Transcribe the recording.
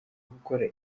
gukora